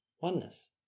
oneness